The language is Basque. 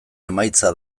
emaitza